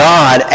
God